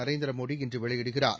நரேந்திர மோடி இன்று வெளியிடுகிறார்